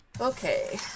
okay